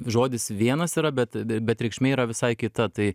žodis vienas yra bet be bet reikšmė yra visai kita tai